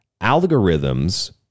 Algorithms